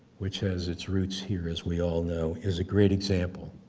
which has its roots here as we all know, is a great example.